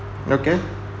okay